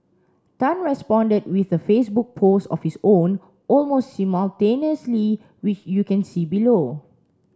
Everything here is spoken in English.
tan responded with a Facebook post of his own almost simultaneously which you can see below